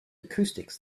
acoustics